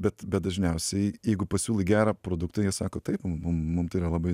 bet bet dažniausiai jeigu pasiūlai gerą produktą jie sako taip mum tai yra labai